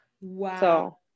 Wow